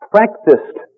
practiced